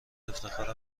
افتخار